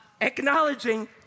acknowledging